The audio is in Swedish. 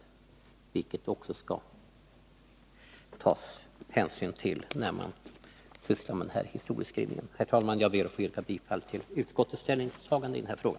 Det skall man också ta hänsyn till vid denna historieskrivning. Herr talman! Jag ber att få yrka bifall till utskottets hemställan i denna fråga.